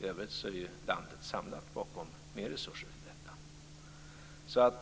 I övrigt är landet samlat bakom mer resurser till detta.